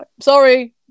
Sorry